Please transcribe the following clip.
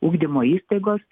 ugdymo įstaigos